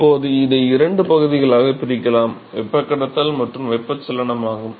இப்போது இதை இரண்டு பகுதிகளாகப் பிரிக்கலாம் வெப்பக் கடத்தல் மற்றும் வெப்பச்சலனம் ஆகும்